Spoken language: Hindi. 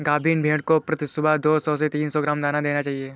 गाभिन भेड़ को प्रति सुबह दो सौ से तीन सौ ग्राम दाना देना चाहिए